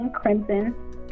Crimson